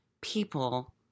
people